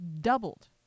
doubled